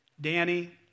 Danny